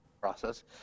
process